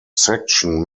section